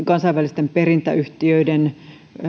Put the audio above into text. kansainvälisten perintäyhtiöiden